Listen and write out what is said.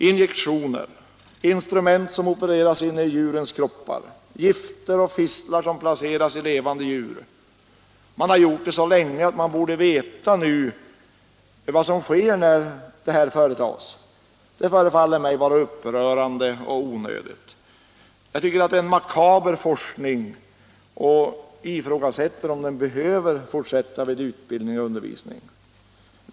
Injektioner, instrument som opereras in i djurens kroppar, gifter och fistlar som placeras i levande djur är exempel på sådant som man gjort så länge att man borde veta vad som sker. Sådana försök förefaller mig upprörande och onödiga. Jag tycker det är en makaber forskning och ifrågasätter om den behöver fortsätta vid utbildning och undervisning.